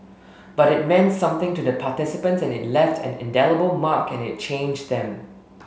but it meant something to the participants and it left an indelible mark and it changed them